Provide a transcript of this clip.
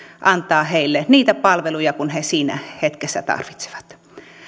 antaa heille niitä palveluja kuin he siinä hetkessä tarvitsevat